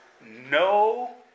no